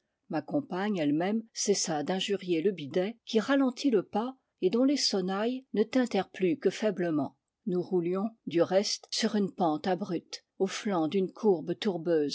ma compagne elle-même cessa d'injurier le bidet qui ralentit le pas et dont les sonnailles ne tintèrent plus que faiblement nous roulions du reste sur une pente abrupte au flanc d'une courbe tourbeuse